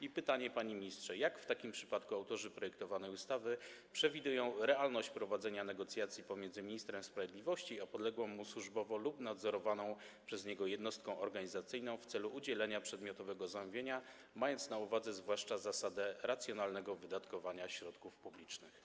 I pytanie, panie ministrze: Co w takim przypadku autorzy projektowanej ustawy przewidują, jaka będzie realność prowadzenia negocjacji pomiędzy ministrem sprawiedliwości a podległą mu służbowo lub nadzorowaną przez niego jednostką organizacyjną w celu udzielenia przedmiotowego zamówienia, mając na uwadze zwłaszcza zasadę racjonalnego wydatkowania środków publicznych?